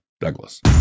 Douglas